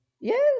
yes